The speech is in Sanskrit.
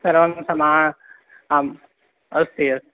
सर्वं समा आम् अस्ति अस्ति